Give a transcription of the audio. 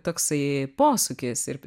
toksai posūkis ir